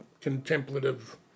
contemplative